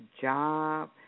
job